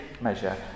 measure